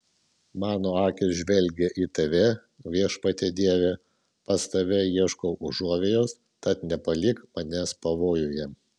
mano akys žvelgia į tave viešpatie dieve pas tave ieškau užuovėjos tad nepalik manęs pavojuje